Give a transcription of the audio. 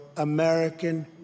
American